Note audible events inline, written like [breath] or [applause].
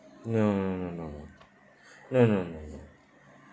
no no no no [breath] no no no no